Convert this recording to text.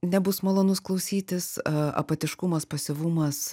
nebus malonus klausytis apatiškumas pasyvumas